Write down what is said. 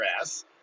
ass